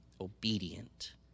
obedient